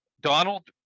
Donald